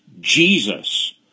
Jesus